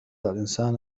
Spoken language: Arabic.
الإنسان